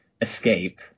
escape